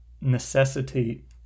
necessitate